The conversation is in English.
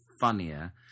funnier